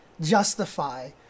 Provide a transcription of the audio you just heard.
justify